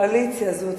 בקואליציה הזו.